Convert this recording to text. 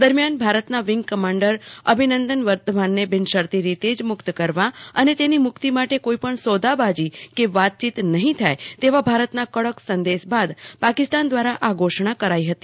દરમ્યાન ભારતના wing commander Abhinandan વર્ધમાનને બિનશરતી રીતે જ મુક્ત કરવા અને તેની મુક્તિ માટે કોઈપણ સોદાબાજી કે વાતચીત નહિ થાય તેવા ભારતના કડક સંદેશ બાદ પાકિસ્તાન દ્વારા આ ઘોષણા કરી હતી